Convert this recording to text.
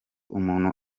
umuntu